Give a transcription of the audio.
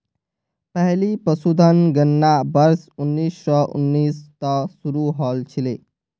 पहली पशुधन गणना वर्ष उन्नीस सौ उन्नीस त शुरू हल छिले